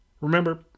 Remember